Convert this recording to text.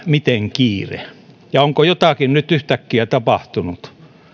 miten kiire tällä on ja onko jotakin nyt yhtäkkiä tapahtunut